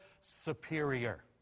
superior